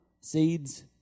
seeds